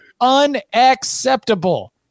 Unacceptable